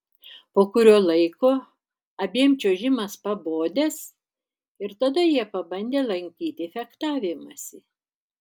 po kurio laiko abiem čiuožimas pabodęs ir tada jie pabandę lankyti fechtavimąsi